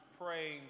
praying